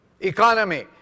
economy